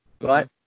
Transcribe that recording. right